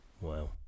Wow